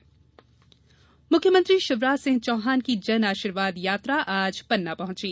जन आशीर्वाद यात्रा मुख्यमंत्री शिवराज सिंह चौहान की जन आशीर्वाद यात्रा आज पन्ना पहुंची